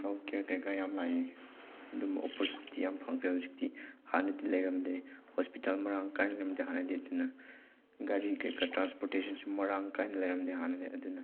ꯍꯦꯜ care ꯀꯩꯀꯥ ꯌꯥꯝ ꯂꯥꯛꯑꯦ ꯑꯗꯨꯝꯕ ꯑꯣꯄꯣꯔꯆꯨꯅꯤꯇꯤ ꯌꯥꯝ ꯐꯪꯈ꯭ꯔꯦ ꯍꯧꯖꯤꯛꯇꯤ ꯍꯥꯟꯅꯗꯤ ꯂꯩꯔꯝꯗꯦ ꯍꯣꯁꯄꯤꯇꯥꯜ ꯃꯔꯥꯡ ꯀꯥꯏꯅ ꯂꯩꯔꯝꯗꯦ ꯍꯥꯟꯅꯗꯤ ꯑꯗꯨꯅ ꯒꯥꯔꯤ ꯀꯩꯀꯥ ꯇ꯭ꯔꯥꯟꯁꯄꯣꯔꯇꯦꯁꯟꯁꯨ ꯃꯔꯥꯡ ꯀꯥꯏꯅ ꯂꯩꯔꯝꯗꯦ ꯍꯥꯟꯅꯗꯤ ꯑꯗꯨꯅ